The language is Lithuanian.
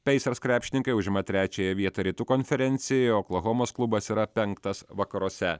peisers krepšininkai užima trečiąją vietą rytų konferencijoje o oklahomos klubas yra penktas vakaruose